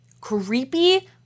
creepy